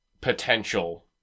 potential